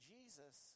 Jesus